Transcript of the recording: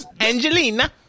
Angelina